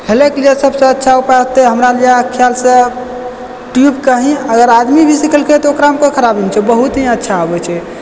हेलयके लिए सबसँ अच्छा उपाय हेतै हमरा ख्यालसँ ट्युब के ही अगर आदमी भी सिखेलकै तऽ ओकरामे कोई खराबी नहि छै बहुत ही अच्छा अबै छै